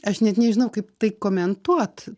aš net nežinau kaip tai komentuot